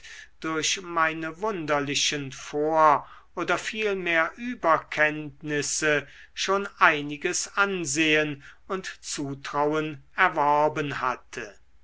durch meine wunderlichen vor oder vielmehr überkenntnisse schon einiges ansehen und zutrauen erworben hatte